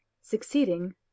succeeding